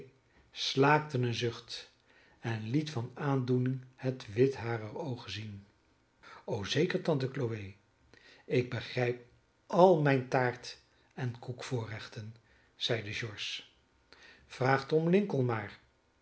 slaakte een zucht en liet van aandoening het wit harer oogen zien o zeker tante chloe ik begrijp al mijne taart en koek voorrechten zeide george vraag tom lincoln maar